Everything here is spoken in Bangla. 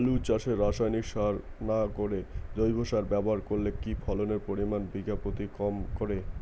আলু চাষে রাসায়নিক সার না করে জৈব সার ব্যবহার করলে কি ফলনের পরিমান বিঘা প্রতি কম হবে?